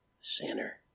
sinner